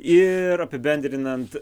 ir apibendrinant